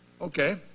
okay